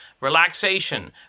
relaxation